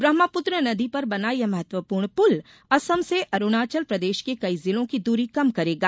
ब्रह्मपुत्र नदी पर बना यह महत्वपूर्ण पुल असम से अरूणाचल प्रदेश के कई जिलों की दूरी कम करेगा